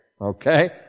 okay